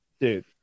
dude